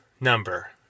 number